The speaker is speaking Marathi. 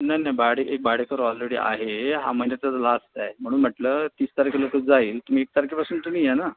नाही नाही भाडे एक भाडेकरू ऑलरेडी आहे हा महिना त्याचा लास्टचा आहे म्हणून म्हटलं तीस तारखेला तो जाईल तुम्ही एक तारखेपासून तुम्ही या ना